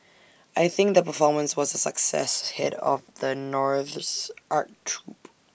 I think the performance was A success Head of the North's art troupe